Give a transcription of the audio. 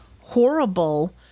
horrible